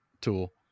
tool